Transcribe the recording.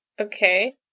Okay